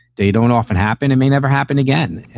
they don't often happen and they never happen again.